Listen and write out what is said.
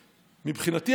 מבחינתי,